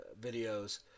videos